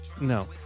No